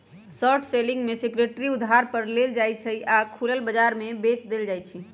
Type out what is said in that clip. short selling में security उधार पर लेल जाइ छइ आऽ खुलल बजार में बेच देल जाइ छइ